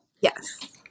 Yes